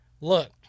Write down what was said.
look